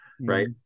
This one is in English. right